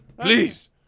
Please